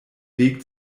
weg